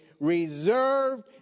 Reserved